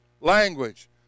language